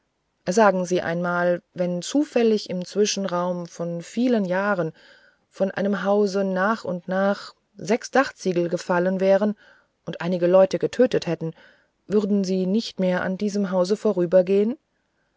sagen sie einmal wenn zufällig im zwischenraum von vielen jahren von einem hause nach und nach sechs dachziegel gefallen wären und einige leute getötet hätten würden sie nicht mehr an diesem hause